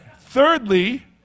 Thirdly